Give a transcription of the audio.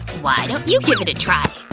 why don't you give it a try?